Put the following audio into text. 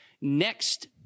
Next